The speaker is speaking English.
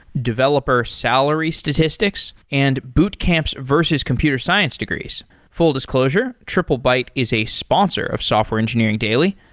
developer salary statistics and bootcamps versus computer science degrees full disclosure triplebyte is a sponsor of software engineering daily.